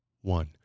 one